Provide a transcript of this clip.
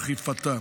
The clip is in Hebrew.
ולאכיפתה.